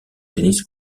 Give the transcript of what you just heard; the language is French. tennis